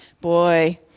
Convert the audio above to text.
boy